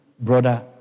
Brother